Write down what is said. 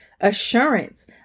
assurance